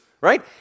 right